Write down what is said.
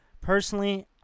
personally